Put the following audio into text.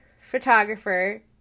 photographer